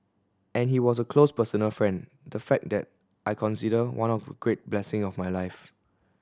and he was a close personal friend the fact that I consider one of the great blessing of my life